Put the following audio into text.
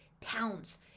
pounds